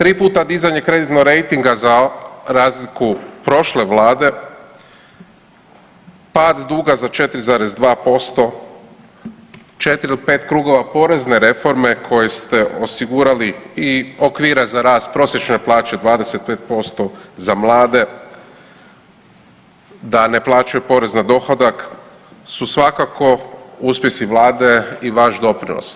3 puta dizanje kreditnog rejtinga za razliku prošle vlade, pad duga za 4,2%, 4 ili 5 krugova porezne reforme koje ste osigurali i okvire za rast prosječne plaće 25% za mlade da ne plaćaju porez na dohodak su svakako uspjesi vlade i vaš doprinos.